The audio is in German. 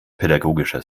pädagogischer